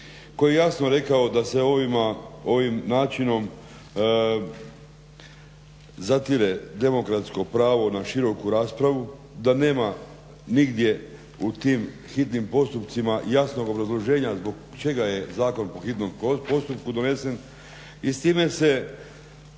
koji je jasno rekao da se ovim načinom zatire demokratsko pravo na široku raspravu, da nema nigdje u tim hitnim postupcima jasnog obrazloženja zbog čega je zakon po hitnom postupku donesen i s time se